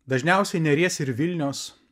dažniausiai neries ir vilnios